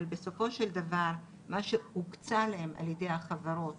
אבל בסופו של דבר מה שהוקצה להם על ידי החברות